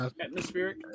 atmospheric